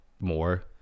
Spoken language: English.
more